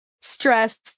stress